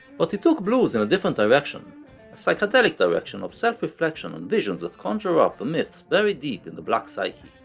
but he took blues in a different direction, a psychedelic direction of self-reflection and visions that conjure up the myths buried deep in the black psyche.